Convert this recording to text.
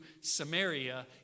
Samaria